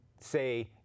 say